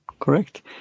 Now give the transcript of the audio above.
Correct